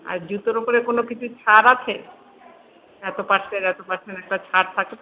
আর জুতোর উপরে কোনো কিছু ছাড় আছে এত পারসেন্ট এত পারসেন্ট একটা ছাড় থাকে তো